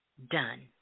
done